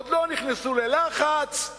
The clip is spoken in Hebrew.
עוד לא נכנסו ללחץ,